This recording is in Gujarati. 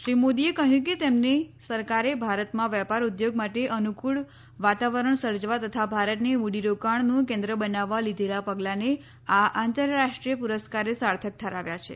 શ્રી મોદીએ કહ્યું કે તેમની સરકારે ભારતમાં વેપાર ઉદ્યોગ માટે અનૂફળ વાતાવરણ સર્જવા તથા ભારતને મૂડીરોકાણનું કેન્દ્ર બનાવવા લીધેલાં પગલાંને આ આંતરરાષ્ટ્રીય પુરસ્કારે સાર્થક ઠરાવ્યા છે